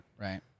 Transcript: Right